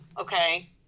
okay